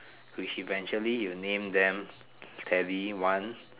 which eventually he'll name them Teddy one